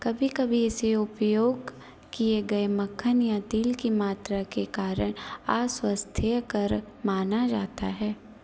कभी कभी इसे उपयोग किए गए मक्खन या तेल की मात्रा के कारण अस्वास्थ्यकर माना जाता है